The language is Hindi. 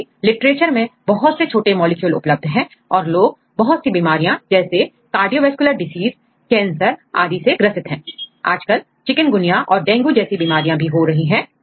क्योंकि लिटरेचर में बहुत से छोटे मॉलिक्यूल उपलब्ध है और लोग बहुत सी बीमारियां जैसे कार्डियोवैस्कुलर डिसीजकैंसर आदि से ग्रसित है आजकल चिकनगुनिया और डेंगू जैसी बीमारियां हो रही है